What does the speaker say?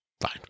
fine